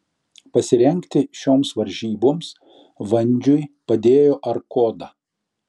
pasirengti šioms varžyboms vandžiui padėjo arkoda